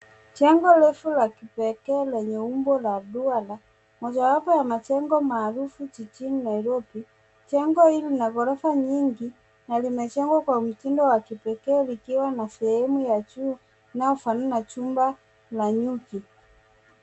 Jengo refu la kipekee lenye umbo la duara. Mojawapo ya majengo marefu jijini Nairobi. Jengo hili lina ghorofa nyingi na limejengwa kwa mtindo wa kipekee likiwa na sehemu ya juu inayofanana na nyumba ya nyuki.